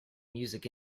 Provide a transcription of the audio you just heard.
music